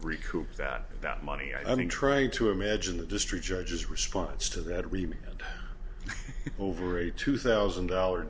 recoup that that money i mean trying to imagine the district judges response to that remains and over a two thousand dollar